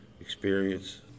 experience